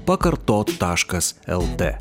pakartot taškas lt